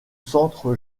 centre